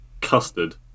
custard